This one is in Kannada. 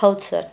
ಹೌದು ಸರ್